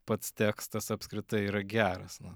pats tekstas apskritai yra geras na